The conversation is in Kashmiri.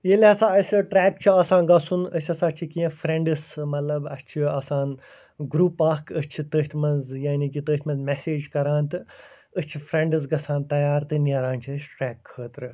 ییٚلہِ ہسا اَسہِ ٹرٛٮ۪ک چھِ آسان گژھُن أسۍ ہسا چھِ کیٚنہہ فریٚنڈٕس مطلب اَسہِ چھِ آسان گرُپ اَکھ أسۍ چھِ تٔتھۍ منٛز یعنی کہ تٔتھۍ منٛز مَسیج کران تہٕ أسۍ چھِ فریٚنڈٕس گژھان تیار تہٕ نٮ۪ران چھِ أسۍ ٹرٛٮ۪ک خٲطرٕ